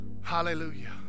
Hallelujah